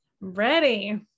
Ready